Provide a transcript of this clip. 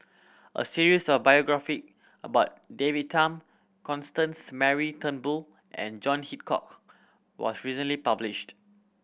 a series of biographies about David Tham Constance Mary Turnbull and John Hitchcock was recently published